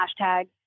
hashtag